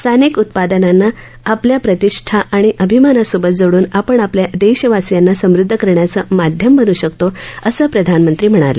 स्थानिक उत्पादनांना आपल्या प्रतिष्ठा आणि अभिमानासोबत जोड्रन आपण आपल्या देशवासीयांना समृद्ध करण्याचं माध्यम बन् शकतो असं प्रधानमंत्री म्हणाले